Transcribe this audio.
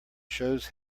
shows